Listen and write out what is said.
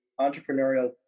entrepreneurial